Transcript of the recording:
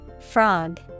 Frog